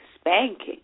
spanking